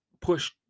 push